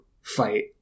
fight